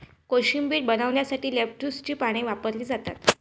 कोशिंबीर बनवण्यासाठी लेट्युसची पाने वापरली जातात